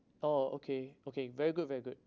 oh okay okay very good very good